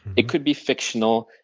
it could be fictional,